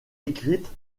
écrites